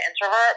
introvert